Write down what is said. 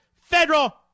federal